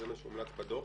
זה מה שהומלץ בדוח.